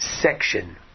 section